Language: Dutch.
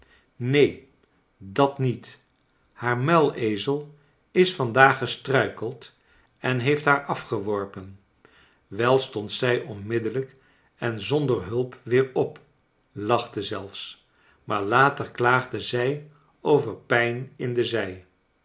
neen dat niet haar muilezel is vandaag gestruikeld en heeft haar afgeworpen wei stond zij onmiddellijk en zonder hulp weer op lachte zelfs maar later klaagde zij over pijn in de zij